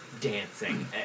dancing